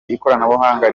ikoranabuhanga